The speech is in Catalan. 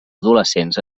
adolescents